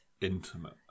Intimate